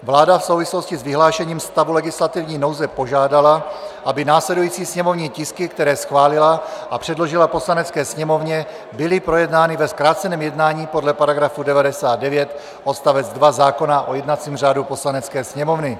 Vláda v souvislosti s vyhlášením stavu legislativní nouze požádala, aby následující sněmovní tisky, které schválila a předložila Poslanecké sněmovně, byly projednány ve zkráceném jednání podle § 99 odst. 2 zákona o jednacím řádu Poslanecké sněmovny.